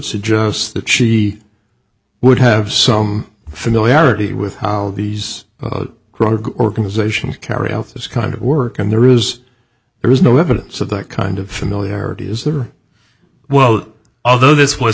suggests that she would have some familiarity with how these organizations carry out this kind of work and there is there is no evidence of that kind of familiarity is there well although th